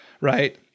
right